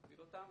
מפעיל אותם,